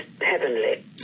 heavenly